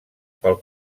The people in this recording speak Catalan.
pel